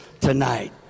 tonight